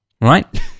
right